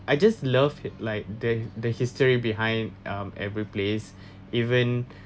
I just love it like the the history behind um every place even